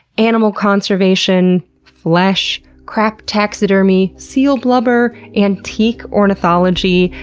animal conservation, flesh, crap taxidermy, seal blubber, antique ornithology,